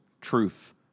truth